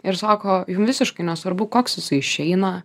ir sako jum visiškai nesvarbu koks jisai išeina